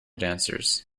dancers